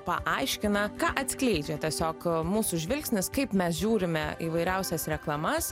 paaiškina ką atskleidžia tiesiog mūsų žvilgsnis kaip mes žiūrime įvairiausias reklamas